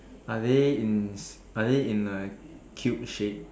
are they in are they in a cube shape